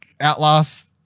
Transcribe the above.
Outlast